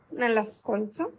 nell'ascolto